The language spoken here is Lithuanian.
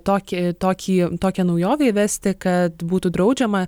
tokį tokį tokią naujovę įvesti kad būtų draudžiama